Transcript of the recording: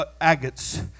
agates